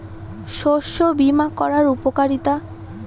শস্য বিমা করার উপকারীতা?